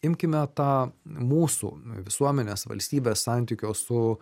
imkime tą mūsų visuomenės valstybės santykio su